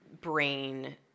brain